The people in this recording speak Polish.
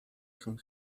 się